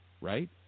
right